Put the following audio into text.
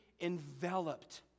enveloped